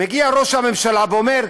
מגיע ראש הממשלה ואומר: